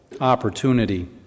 opportunity